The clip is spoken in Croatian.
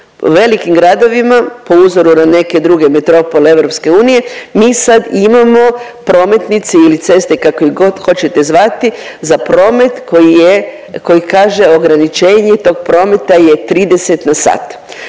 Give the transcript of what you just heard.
velikim gradovima po uzoru na neke druge metropole EU, mi sad imamo prometnice ili ceste, kako ih god hoćete zvati, za promet koji je, koji kaže ograničenje tog prometa je 30 na sat.